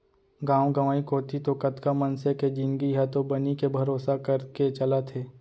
गांव गंवई कोती तो कतका मनसे के जिनगी ह तो बनी के भरोसा करके चलत हे